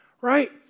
right